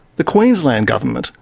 the queensland government,